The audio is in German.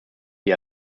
die